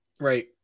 Right